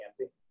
empty